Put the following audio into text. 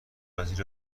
وزیر